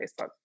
Facebook